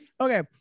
Okay